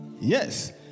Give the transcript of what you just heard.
Yes